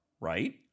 right